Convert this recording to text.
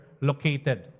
located